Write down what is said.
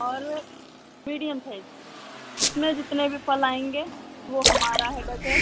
और medium size उसमें जितने भी फल आएँगे वे हमारा हैडक है